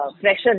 pressure